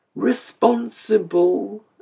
Responsible